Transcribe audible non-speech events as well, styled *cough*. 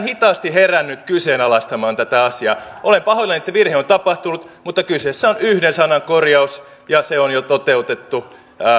*unintelligible* hitaasti herännyt kyseenalaistamaan tätä asiaa olen pahoillani että virhe on tapahtunut mutta kyseessä on yhden sanan korjaus ja se on jo toteutettu